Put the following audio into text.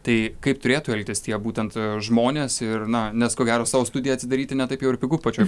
tai kaip turėtų elgtis tie būtent žmonės ir na nes ko gero savo studiją atidaryti ne taip jau ir pigu pačioj